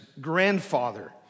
grandfather